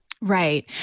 Right